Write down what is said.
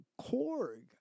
Korg